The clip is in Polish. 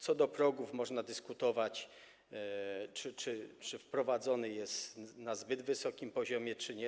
Co do progów można dyskutować, czy wprowadzony jest na zbyt wysokim poziomie czy nie.